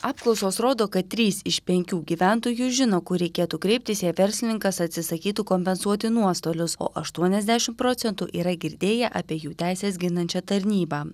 apklausos rodo kad trys iš penkių gyventojų žino kur reikėtų kreiptis jei verslininkas atsisakytų kompensuoti nuostolius o aštuoniasdešim procentų yra girdėję apie jų teises ginančią tarnybą